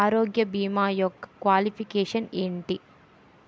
ఆరోగ్య భీమా యెక్క క్వాలిఫికేషన్ ఎంటి?